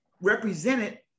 represented